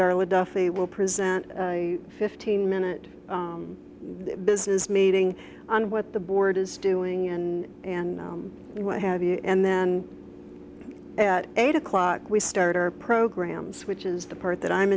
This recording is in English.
darla duffy will present a fifteen minute business meeting on what the board is doing and and what have you and then at eight o'clock we start our programs which is the part that i'm